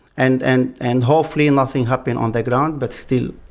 and and and hopefully and nothing happens on the ground, but still.